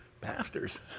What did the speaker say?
pastors